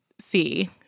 see